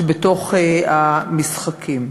שבמשחקים.